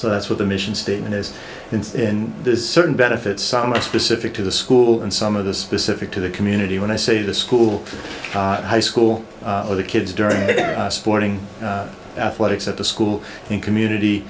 so that's what the mission statement is in this certain benefits someone specific to the school and some of the specific to the community when i say the school high school or the kids during sporting athletics at the school and community